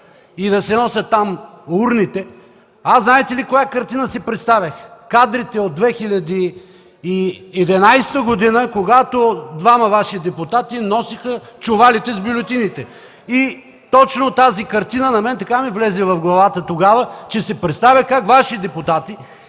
и да се носят там урните, знаете ли каква картина си представях? Картината от 2011 г., когато двама Ваши депутати носеха чувалите с бюлетините. Точно тази картина на мен така ми влезе в главата тогава, че си представих как Ваши депутати,